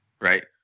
Right